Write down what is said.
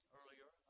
earlier